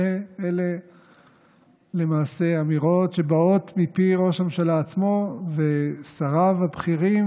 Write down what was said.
ואלה למעשה אמירות שבאות מפי ראש הממשלה עצמו ושריו הבכירים,